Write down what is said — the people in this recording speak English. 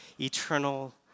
eternal